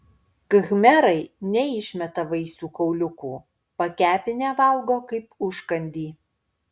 khmerai neišmeta vaisių kauliukų pakepinę valgo kaip užkandį